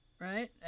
Right